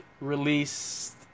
released